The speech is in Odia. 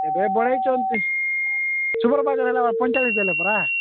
ଏବେ ବଢାଇଛନ୍ତି ସୁପର୍ ମାର୍କେଟ୍ ହେଲା ପଞ୍ଚଚାଳିଶ ଦେଲେ ପରା